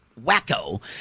wacko